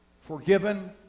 forgiven